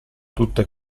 tutte